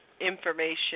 information